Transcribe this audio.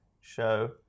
show